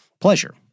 pleasure